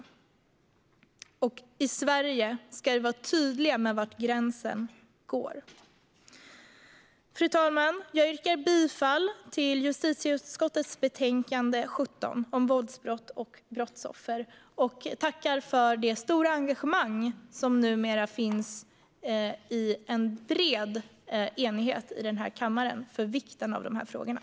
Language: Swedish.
I Sverige ska vi vara tydliga med var gränsen går. Fru talman! Jag yrkar bifall till justitieutskottets betänkande 17 om våldsbrott och brottsoffer och tackar för det stora engagemang för vikten av dessa frågor som det numera råder bred enighet om i denna kammare.